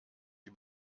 die